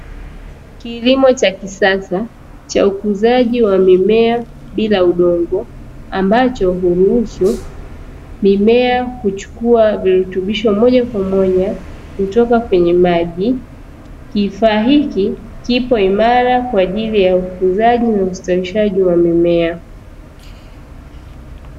Kilimo cha kisasa cha ukuzaji wa mimea bila udongo ambacho huruhusu mimea huchukua virutubisho moja kwa moja kutoka kwenye maji, kifaa hiki kipo imara kwa ajili ya ukuzaji na ustawishaji wa mimea.